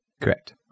Correct